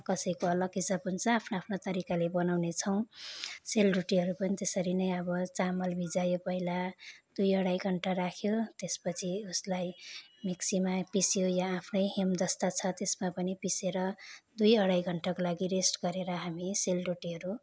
कसैको अलग हिसाब हुन्छ आफ्नो आफ्नो तरिकाले बनाउनै छौँ सेलरोटीहरू पनि त्यसरी नै अब चामल भिजायो पहिला दुई अढाई घन्टा राख्यो त्यसपछि उसलाई मिक्सीमा पिस्यो या आफ्नो हेमदस्ता छ त्यसमा पनि पिसेर दुई अढाई घन्टाको लागि रेस्ट गरेर हामी सेलरोटीहरू